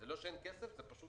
לא שאין כסף אלא פשוט